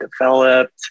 developed